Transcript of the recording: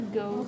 go